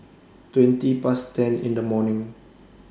twenty Past ten in The morning